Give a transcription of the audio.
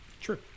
True